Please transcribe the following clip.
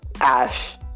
Ash